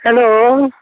hello